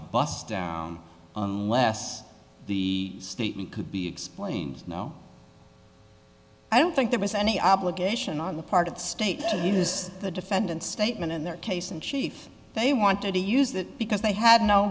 bus down unless the statement could be explained no i don't think there was any obligation on the part of the state to use the defendant statement in their case in chief they wanted to use that because they had no